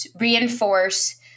reinforce